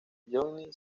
johnny